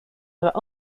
have